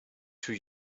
too